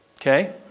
okay